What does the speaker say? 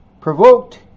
provoked